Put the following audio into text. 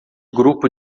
grupo